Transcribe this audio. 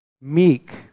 meek